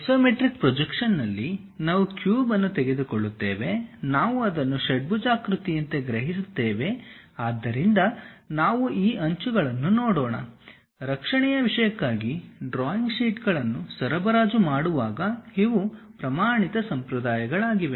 isometric ಪ್ರೊಜೆಕ್ಷನ್ನಲ್ಲಿ ನಾವು cube ಅನ್ನು ತೆಗೆದುಕೊಳ್ಳುತ್ತೇವೆ ನಾವು ಅದನ್ನು ಷಡ್ಭುಜಾಕೃತಿಯಂತೆ ಗ್ರಹಿಸುತ್ತೇವೆ ಆದ್ದರಿಂದ ನಾವು ಈ ಅಂಚುಗಳನ್ನು ನೋಡೋಣ ರಕ್ಷಣೆಯ ವಿಷಯಕ್ಕಾಗಿ ಡ್ರಾಯಿಂಗ್ ಶೀಟ್ಗಳನ್ನು ಸರಬರಾಜು ಮಾಡುವಾಗ ಇವು ಪ್ರಮಾಣಿತ ಸಂಪ್ರದಾಯಗಳಾಗಿವೆ